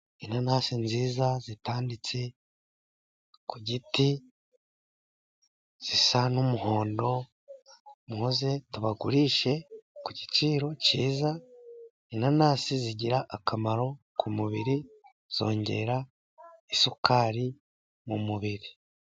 Inanasi nziza zitanditse ku giti, zisa n'umuhondo. Muze tubagurishe ku giciro cyiza. Inanasi zigira akamaro ku mubiri, zongera isukari mu mubiri.